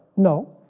no.